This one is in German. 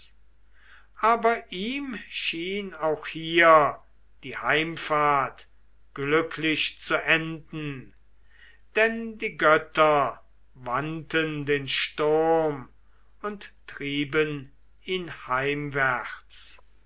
aber ihm schien auch hier die heimfahrt glücklich zu enden denn die götter wandten den sturm und trieben ihn heimwärts